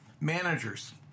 Managers